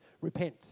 Repent